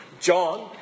John